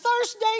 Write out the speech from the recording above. Thursday